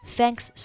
Thanks